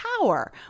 power